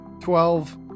Twelve